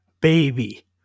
Baby